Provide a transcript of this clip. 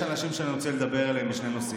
אנשים שאני רוצה לדבר אליהם בשני נושאים.